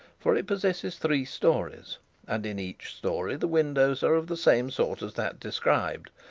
for it possesses three stories and in each storey, the windows are of the same sort as that described,